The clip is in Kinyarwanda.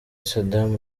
sadam